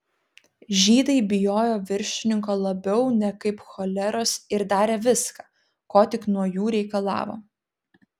žydai bijojo viršininko labiau nekaip choleros ir darė viską ko tik nuo jų reikalavo